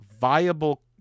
viable